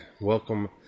welcome